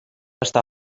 està